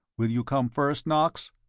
will you come first, knox?